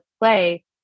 play